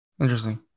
interesting